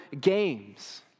games